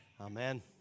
Amen